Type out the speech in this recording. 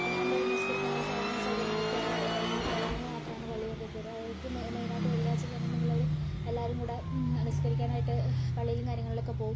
അല്ലാണ്ട് നിസ്ക്കരിക്കാനുള്ള സ്ഥലങ്ങള് സൗകര്യങ്ങളൊക്കെയാണ് ഇതാക്കികൊടുക്കുക ആണുങ്ങള് മാത്രാമാണ് പള്ളീലൊക്കെ കയറുക അവർക്ക് മൈനായിട്ട് വെള്ളിയാഴ്ചാന്നു പറഞ്ഞിട്ടുണ്ടെങ്കില് അവര് എല്ലാവരും കൂടെ നിസ്ക്കരിക്കാനായിട്ട് പള്ളീലും കാര്യങ്ങളിലുമൊക്കെ പോകും